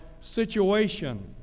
situation